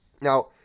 Now